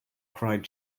cried